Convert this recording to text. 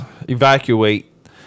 evacuate